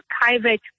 private